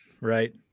Right